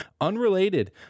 unrelated